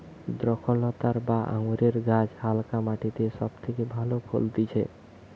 দ্রক্ষলতা বা আঙুরের গাছ হালকা মাটিতে সব থেকে ভালো ফলতিছে